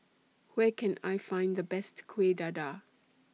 Where Can I Find The Best Kueh Dadar